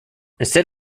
instead